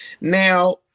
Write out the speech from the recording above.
Now